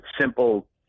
simple